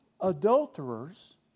adulterers